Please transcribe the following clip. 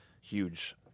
huge